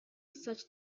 such